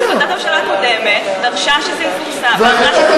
אבל החלטת הממשלה הקודמת דרשה שזה יפורסם עד